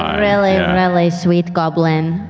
really, really sweet goblin,